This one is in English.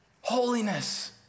Holiness